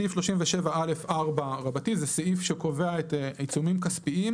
סעיף 37א4 זה סעיף שקובע את העיצומים הכספיים